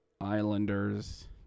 Islanders